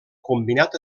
combinat